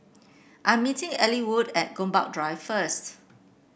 I am meeting Ellwood at Gombak Drive first